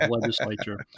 legislature